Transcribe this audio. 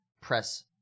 press